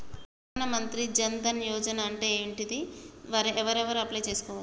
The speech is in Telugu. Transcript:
ప్రధాన మంత్రి జన్ ధన్ యోజన అంటే ఏంటిది? ఎవరెవరు అప్లయ్ చేస్కోవచ్చు?